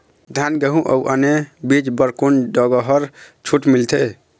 धान गेहूं अऊ आने बीज बर कोन डहर छूट मिलथे?